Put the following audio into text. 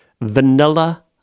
Vanilla